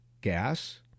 gas